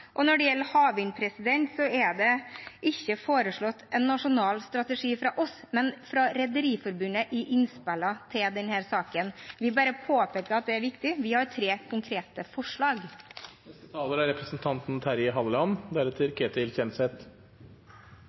svar. Når det gjelder havvind, er det ikke foreslått en nasjonal strategi fra oss, men fra Rederiforbundet i innspillene til denne saken. Vi bare påpeker at det er viktig. Vi har tre konkrete forslag. Jeg synes det er